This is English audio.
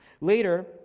Later